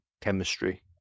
chemistry